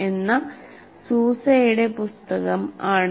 " എന്ന സൂസയുടെ പുസ്തകം ആണ്